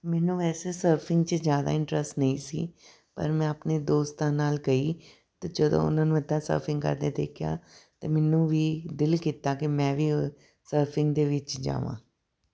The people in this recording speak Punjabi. ਮੈਨੂੰ ਵੈਸੇ ਸਰਫਿੰਗ 'ਚ ਜ਼ਿਆਦਾ ਇੰਟਰਸਟ ਨਹੀਂ ਸੀ ਪਰ ਮੈਂ ਆਪਣੇ ਦੋਸਤਾਂ ਨਾਲ ਗਈ ਅਤੇ ਜਦੋਂ ਉਹਨਾਂ ਨੂੰ ਇੱਦਾਂ ਸਰਫਿੰਗ ਕਰਦੇ ਦੇਖਿਆ ਤਾਂ ਮੈਨੂੰ ਵੀ ਦਿਲ ਕੀਤਾ ਕਿ ਮੈਂ ਵੀ ਉਹ ਸਰਫਿੰਗ ਦੇ ਵਿੱਚ ਜਾਵਾਂ